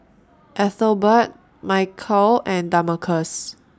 Ethelbert Michial and Damarcus